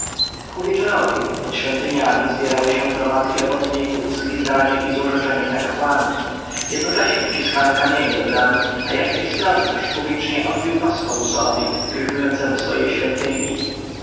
wieczorowi pod świątyniami zbierały się gromadki robotników z gwizdaniem i złorzeczeniami na kapłanów jednocześnie ciskano kamienie do bram a jakiś zbrodniarz publicznie odbił nos horusowi pilnującemu swojej świątyni